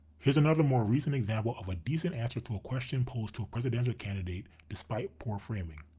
here's another more recent example of a decent answer to a question posed to a presidential candidate despite poor framing.